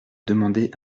demander